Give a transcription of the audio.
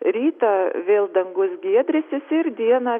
rytą vėl dangus giedrysis ir dieną